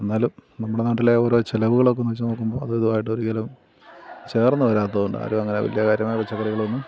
എന്നാലും നമ്മുടെ നാട്ടിലെ ഓരോ ചിലവുകളൊക്കെ ഒന്ന് വച്ചു നോക്കുമ്പോൾ അത് ഇതുമായിട്ട് ഒരിക്കലും ചേർന്നു വരാത്തതു കൊണ്ട് ആരും അങ്ങനെ വലിയ പച്ചക്കറികളൊന്നും